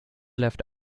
left